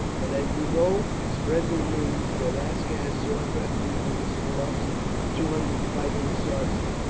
but as you go spread the news that aska has sought refuge in the swamps with two hundred fighting sarci,